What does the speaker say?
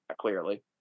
clearly